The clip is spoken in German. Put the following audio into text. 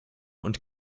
und